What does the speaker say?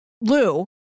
Lou